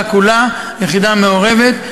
ביחידה כולה, יחידה מעורבת.